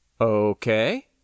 Okay